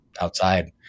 outside